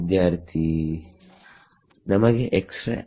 ವಿದ್ಯಾರ್ಥಿRefer Time 0505